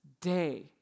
day